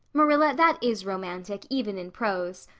marilla, that is romantic, even in prose.